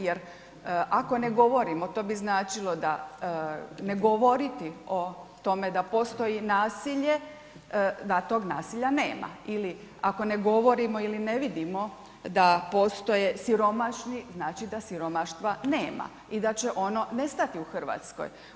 Jer ako ne govorimo to bi značilo da ne govoriti o tome da postoji nasilje, da tog nasilja nema ili ako ne govorimo ili ne vidimo da postoje siromašni, znači da siromaštva nema i da će ono nestati u Hrvatskoj.